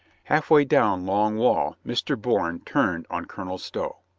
half way down long wall mr. bourne turned on colonel stow.